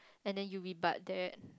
and then you rebutt that